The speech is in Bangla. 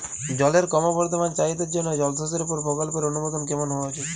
জলের ক্রমবর্ধমান চাহিদার জন্য জলসেচের উপর প্রকল্পের অনুমোদন কেমন হওয়া উচিৎ?